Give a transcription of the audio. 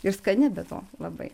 ir skani be to labai